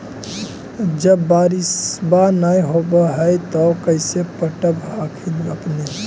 जब बारिसबा नय होब है तो कैसे पटब हखिन अपने?